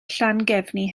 llangefni